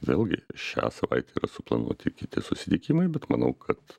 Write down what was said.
vėlgi šią savaitę yra suplanuoti kiti susitikimai bet manau kad